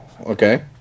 Okay